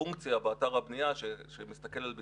פונקציה באתר הבנייה שמסתכלת על הבטיחות.